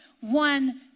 One